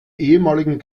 ehemaligen